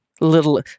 little